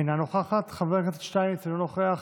אינה נוכחת, חבר הכנסת שטייניץ, אינו נוכח,